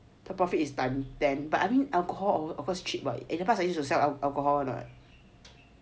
the profit is time ten but I mean alcohol of course cheap [what] in the past I used to sell alcohol [one] [what]